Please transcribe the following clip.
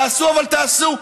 תעשו, אבל תעשו.